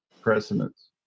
precedents